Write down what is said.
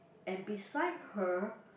and beside her